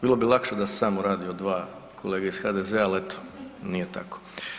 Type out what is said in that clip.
Bilo bi lakše da se samo radi o dva kolege iz HDZ-a, ali eto nije tako.